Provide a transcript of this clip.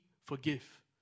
forgive